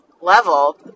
level